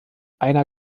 einer